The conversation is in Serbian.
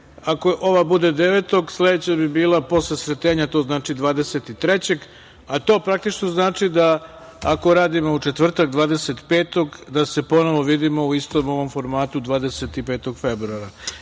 ako ova bude 9, sledeća bi bila posle Sretenja, to znači 23, a to, praktično, znači da ako radimo u četvrtak 25. da se ponovo vidimo u istom ovom formatu 25. februara. Na